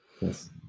yes